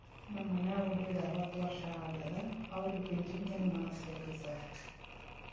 ನಮ್ ಮನ್ಯಾಗ ಒಬ್ರಿಗೆ ಅರವತ್ತ ವರ್ಷ ಆಗ್ಯಾದ ಅವ್ರಿಗೆ ಪಿಂಚಿಣಿ ಹೆಂಗ್ ಮಾಡ್ಸಬೇಕ್ರಿ ಸಾರ್?